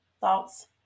thoughts